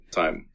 time